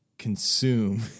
consume